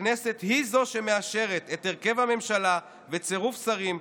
הכנסת היא שמאשרת את הרכב הממשלה וצירוף שרים,